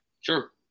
sure